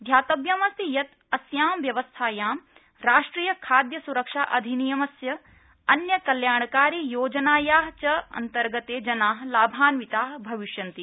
ध्यातव्यमस्ति यत् अस्यां व्यवस्थायां राष्ट्रिय खाद्य सुरक्षा अधिनियमस्य अन्य कल्याणकारी योजनजाया च अन्तर्गते जना लाभान्विता भविष्यन्ति